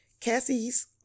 Cassie's